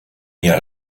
jahr